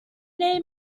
neu